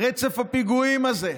רצף הפיגועים הזה,